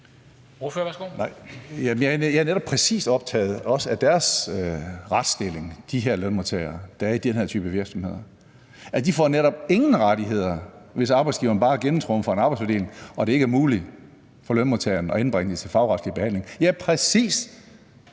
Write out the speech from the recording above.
Jeg er netop også præcis optaget af deres retsstilling, altså de her lønmodtagere, der er i den type virksomheder. De får netop ingen rettigheder, hvis arbejdsgiveren bare gennemtrumfer en arbejdsfordeling og det ikke er muligt for lønmodtageren at indbringe det til fagretslig behandling. Jeg er præcis